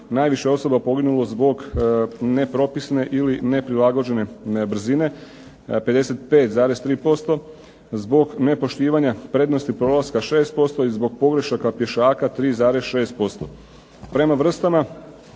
najviše osoba je poginulo zbog nepropisne ili neprilagođene brzine, 55,3% zbog nepoštivanja prednosti prolaska 6% i zbog pogrešaka pješaka 3,6%. Prema vrstama,